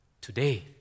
today